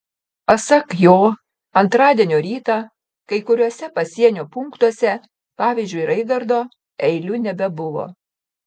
pasak jo antradienio rytą kai kuriuose pasienio punktuose pavyzdžiui raigardo eilių nebebuvo